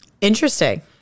Interesting